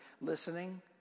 listening